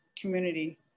community